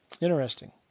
Interesting